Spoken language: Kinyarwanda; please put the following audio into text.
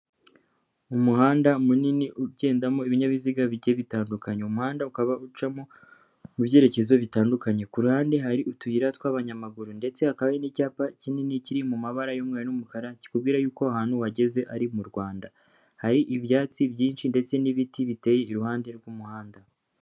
Umuhanda munini ugendamo ibinyabiziga bijye bitandukanya, umuhanda ukaba ucamo mu byerekezo bitandukanye ku ruhande hari utuyira tw'abanyamaguru ndetse hakaba n'icyapa kinini kiri mu mabara y'umumweru n'umukara kikubwira yuko ahantu wageze ari mu Rwanda, hari ibyatsi byinshi ndetse n'ibiti biteye iruhande rw'umuhanda.